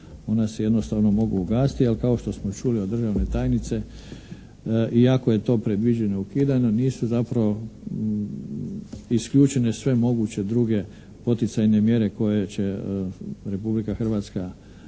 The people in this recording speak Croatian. ona se jednostavno mogu ugasiti. Ali kao što smo čuli od državne tajnice i ako je to predviđeno i ukidano nisu zapravo isključene sve moguće druge poticajne mjere koje će Republika Hrvatska